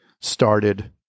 started